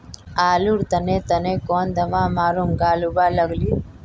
आलूर तने तने कौन दावा मारूम गालुवा लगली?